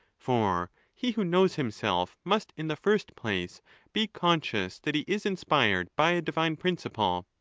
for he who knows himself must in the first place be con scious that he is inspired by a divine principle.